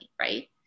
right